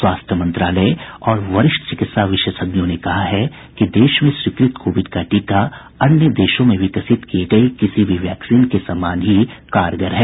स्वास्थ्य मंत्रालय और वरिष्ठ चिकित्सा विशेषज्ञों ने कहा है कि देश में स्वीकृत कोविड का टीका अन्य देशों में विकसित किये गए किसी भी वैक्सीन के समान ही कारगर है